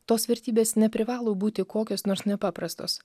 tos vertybės neprivalo būti kokios nors nepaprastos